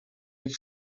ich